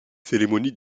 cérémonies